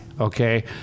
okay